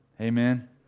Amen